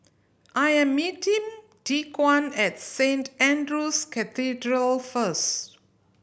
I am meeting Dequan at Saint Andrew's Cathedral first